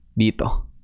dito